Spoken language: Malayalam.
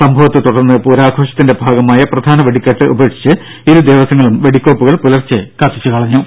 സംഭവത്തെ തുടർന്ന് പൂരാഘോഷത്തിന്റെ ഭാഗമായ പ്രധാന വെടിക്കെട്ട് ഉപേക്ഷിച്ച് ഇരു ദേവസ്വങ്ങളും വെടിക്കോപ്പുകൾ പുലർച്ചെ കത്തിച്ചു കളഞ്ഞു